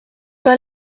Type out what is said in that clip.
pas